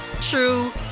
true